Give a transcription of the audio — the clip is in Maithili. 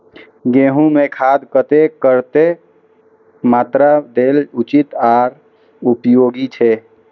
गेंहू में खाद कतेक कतेक मात्रा में देल उचित आर उपयोगी छै?